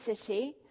city